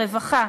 רווחה,